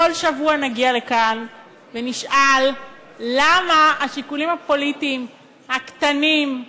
כל שבוע נגיע לכאן ונשאל למה השיקולים הפוליטיים הקטנים,